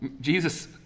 Jesus